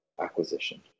acquisition